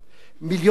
1.5 מיליון,